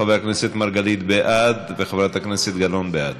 חבר הכנסת מרגלית בעד וחברת הכנסת גלאון בעד.